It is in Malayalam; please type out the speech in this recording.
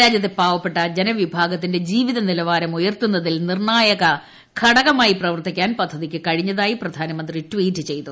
രാജ്യത്തെ പാവപ്പെട്ട ജനവിഭാഗത്തിന്റെ ജീവിത നിലവാരം ഉയർത്തുന്നതിൽ നിർണായക ഘടകമായി പ്രവർത്തിക്കാൻ പദ്ധതിക്ക് കഴിഞ്ഞതായി പ്രധാനമന്ത്രി ട്വീറ്റ് ചെയ്തു